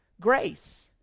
Grace